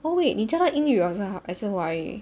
oh wait 你教他英语 or 还是华语